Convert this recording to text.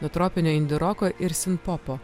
nuo tropinio indi roko ir sinpopo